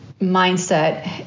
mindset